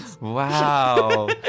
Wow